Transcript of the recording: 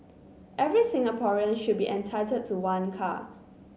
every Singaporean should be entitled to one car